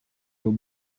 will